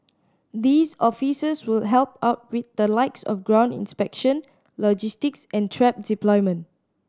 these officers will help out with the likes of ground inspection logistics and trap deployment